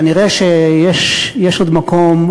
כנראה יש מקום,